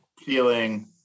feeling